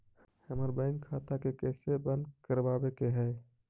हमर बैंक खाता के कैसे बंद करबाबे के है?